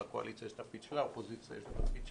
לקואליציה יש תפקיד שלה ולאופוזיציה יש תפקיד שלה,